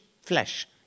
flesh